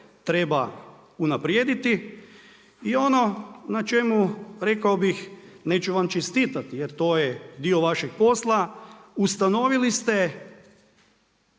treba unaprijediti. I ono na čemu rekao bih, neću vam čestitati jer to je dio vašeg posla, ustanovili ste